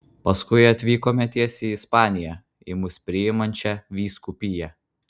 paskui atvykome tiesiai į ispaniją į mus priimančią vyskupiją